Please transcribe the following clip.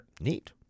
Neat